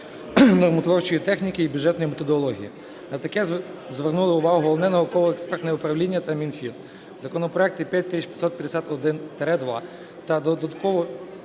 нормотворчої техніки і бюджетної методології. На таке звернуло увагу Головне науково-експертне управління та Мінфін. Законопроект 5551-2 та додатки